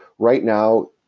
right now,